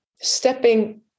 stepping